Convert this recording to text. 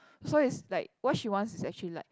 so it's like what she wants is actually like